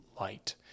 light